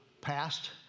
passed